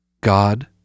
god